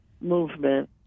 movement